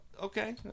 okay